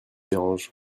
dérange